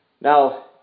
Now